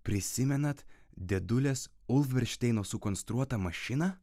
prisimenat dėdulės ulfrišteino sukonstruotą mašiną